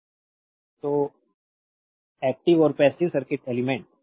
slide time देखें 0423 तो active और पैसिव सर्किट एलिमेंट्स